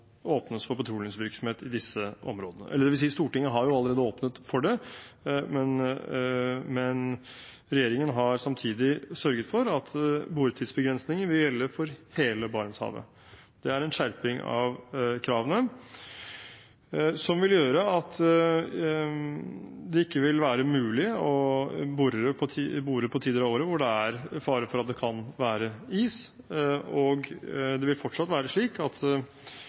åpnes for petroleumsvirksomhet i disse områdene – dvs. Stortinget har jo allerede åpnet for det, men regjeringen har samtidig sørget for at boretidsbegrensninger vil gjelde for hele Barentshavet. Det er en skjerping av kravene som vil gjøre at det ikke vil være mulig å bore på tider av året da det er fare for at det kan være is, og det vil fortsatt være slik at